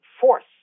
force